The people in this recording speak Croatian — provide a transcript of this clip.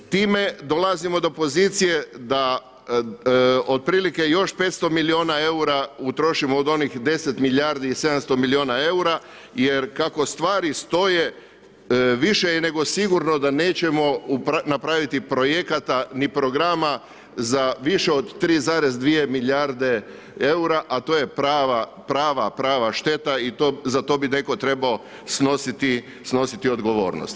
Time dolazimo do pozicije da otprilike još 500 milijuna eura utrošimo od onih 10 milijardi i 700 milijuna eura jer kako stvari stoje, više je nego sigurno da nećemo napraviti projekata ni programa za više od 3,2 milijarde eura a to je prava šteta i za to bi netko trebao snositi odgovornost.